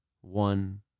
One